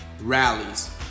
rallies